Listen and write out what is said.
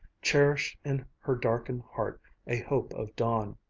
cherished in her darkened heart a hope of dawn.